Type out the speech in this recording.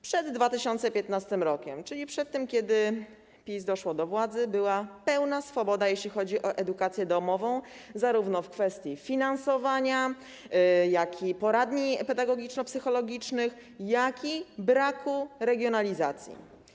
Przed 2015 r., czyli przed tym, kiedy PiS doszło do władzy, była pełna swoboda, jeśli chodzi o edukację domową, w kwestii zarówno finansowania, poradni pedagogiczno-psychologicznych, jak i braku regionalizacji.